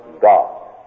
God